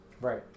Right